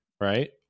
right